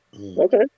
Okay